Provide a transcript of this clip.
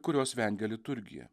kurios vengia liturgija